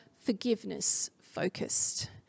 forgiveness-focused